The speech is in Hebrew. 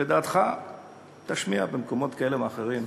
ואת דעתך תשמיע במקומות כאלה ואחרים,